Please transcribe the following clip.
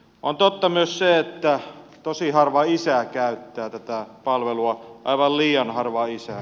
on totta myös se että tosi harva isä käyttää tätä palvelua aivan liian harva isä